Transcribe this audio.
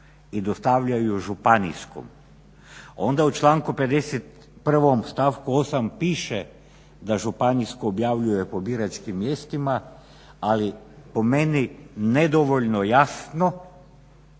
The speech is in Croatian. i dostavljaju županijskom. Onda u članku 51. stavku 8. piše da županijsko objavljuje po biračkim mjestima, ali po meni nedovoljno jasno.